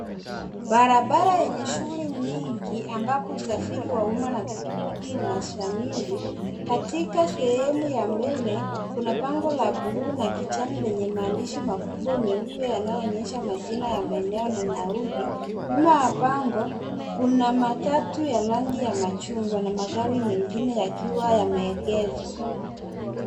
Barabara yenye shughuli nyingi ambapo usafiri wa umma na pikipiki unashamiri. Katika sehemu ya mbele, kuna bango la buluu na kijani lenye maandishi makubwa meupe yanayoonyesha majina ya maeneo na nauli. Nyuma ya bango, kuna matatu ya rangi ya machungwa na magari mengine yakiwa yameegeshwa .